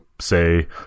say